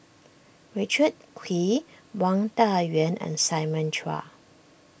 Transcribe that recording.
Richard Kuih Wang Dayuan and Simon Chua